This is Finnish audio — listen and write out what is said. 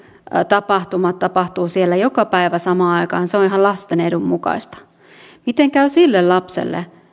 tapahtumat tapahtuvat siellä joka päivä samaan aikaan on ihan lasten edun mukaista miten käy sille lapselle